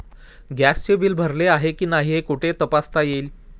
गॅसचे बिल भरले आहे की नाही हे कुठे तपासता येईल?